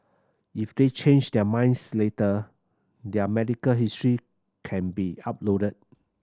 if they change their minds later their medical history can be uploaded